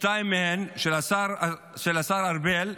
שניים מהם, השר ארבל,